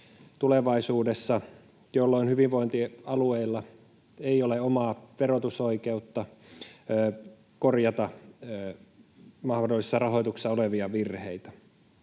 tulevaisuudessa, jolloin hyvinvointialueilla ei ole omaa verotusoikeutta korjata mahdollisesti rahoituksessa olevia virheitä.